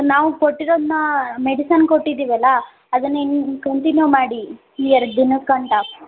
ನಾವು ಕೊಟ್ಟಿರೋದನ್ನು ಮೆಡಿಸನ್ ಕೊಟ್ಟಿದ್ದೀವಲ್ಲ ಅದನ್ನೇ ಇನ್ನೂ ಕಂಟಿನ್ಯೂ ಮಾಡಿ ಎರಡು ದಿನಕ್ಕಂಟ